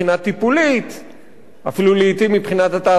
אפילו לעתים מבחינת התעסוקה והחינוך בבית-הכלא.